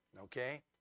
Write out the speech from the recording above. okay